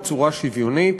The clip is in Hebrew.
בצורה שוויונית.